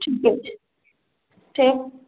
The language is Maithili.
ठीके छै ठीक